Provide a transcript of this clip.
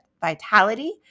vitality